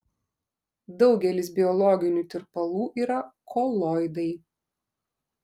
daugelis biologinių tirpalų yra koloidai